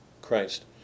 Christ